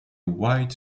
white